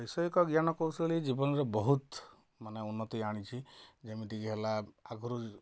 ବୈଷୟିକ ଜ୍ଞାନ କୌଶଳୀ ଜୀବନରେ ବହୁତ ମାନେ ଉନ୍ନତି ଆଣିଛି ଯେମିତି କି ହେଲା ଆଗରୁ